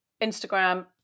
Instagram